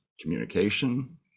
communication